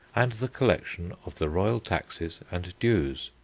and the collection of the royal taxes and dues.